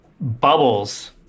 bubbles